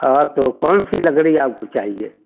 हाँ तो कौनसी लकड़ी आपको चाहिए